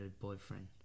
boyfriend